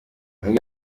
bamwe